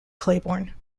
claiborne